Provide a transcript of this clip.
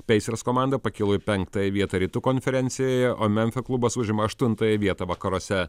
pacers komanda pakilo į penktąją vietą rytų konferencijoje o memfio klubas užima aštuntąją vietą vakaruose